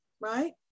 right